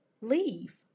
leave